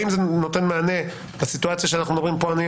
האם זה נותן מענה לסיטואציה עליה